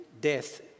death